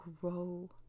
grow